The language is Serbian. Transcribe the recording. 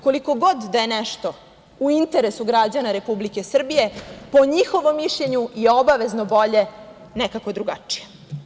Koliko god da je nešto u interesu građana Republike Srbije, po njihovom mišljenju je obavezno bolje nekako drugačije.